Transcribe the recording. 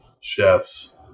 chefs